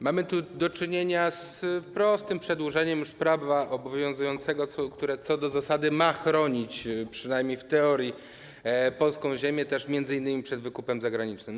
Mamy do czynienia z prostym przedłużeniem prawa już obowiązującego, które co do zasady ma chronić - przynajmniej w teorii - polską ziemię m.in. przed wykupem zagranicznym.